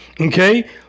Okay